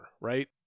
right